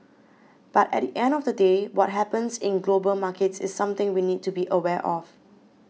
but at the end of the day what happens in global markets is something we need to be aware of